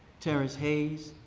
terrance hayes,